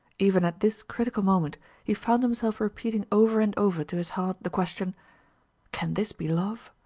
even at this critical moment he found himself repeating over and over to his heart the question can this be love?